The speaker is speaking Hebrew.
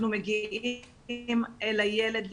אנחנו מגיעים אל הילד כשצריך,